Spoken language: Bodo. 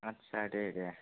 आथसा दे दे